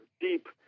deep